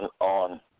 on